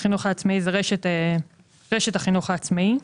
החינוך העצמאי זה רשת החינוך העצמאי,